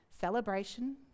celebration